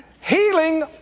Healing